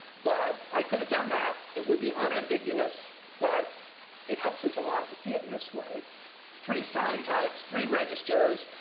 but i could've done that. it would be unambiguous, but it helps us a lot to see it in this way three sign types, three registers,